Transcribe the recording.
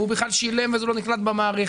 או שהוא בכלל שילם וזה לא נקלט במערכת.